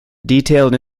detailed